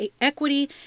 Equity